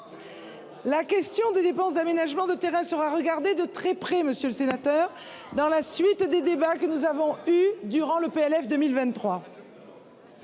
La question des dépenses d'aménagement de terrain sera examinée de très près, monsieur le sénateur, dans la suite des débats que nous avons menés sur le projet